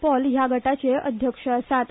पॉल ह्या गटाचे अध्यक्ष आसात